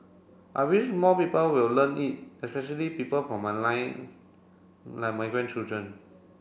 I wish more people will learn it especially people from my line like my grandchildren